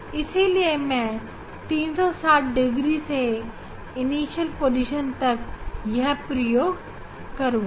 इसीलिए मैं 360 डिग्री से इनिशियल पोजीशन तक यह प्रयोग करुंगा